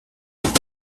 noch